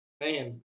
man